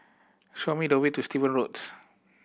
show me the way to Steven Roads